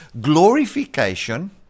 glorification